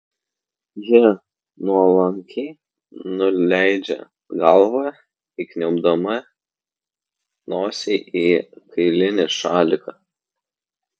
ji nuolankiai nuleidžia galvą įkniaubdama nosį į kailinį šaliką